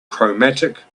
chromatic